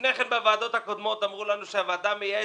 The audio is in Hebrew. לפני כן בוועדות הקודמות אמרו לנו על הוועדה המייעצת,